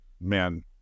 Man